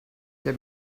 get